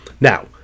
Now